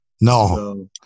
No